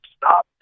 stop